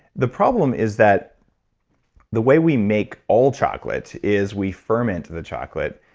the problem is that the way we make all chocolate is we ferment the chocolate.